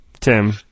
Tim